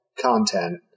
content